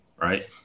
right